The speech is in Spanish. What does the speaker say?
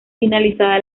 finalizada